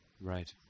Right